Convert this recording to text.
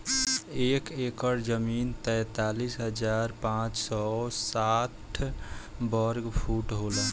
एक एकड़ जमीन तैंतालीस हजार पांच सौ साठ वर्ग फुट होला